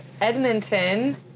Edmonton